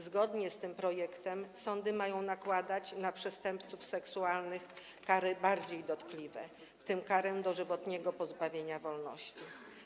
Zgodnie z tym projektem sądy mają nakładać na przestępców seksualnych kary bardziej dotkliwe, w tym karę dożywotniego pozbawienia wolności.